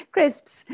Crisps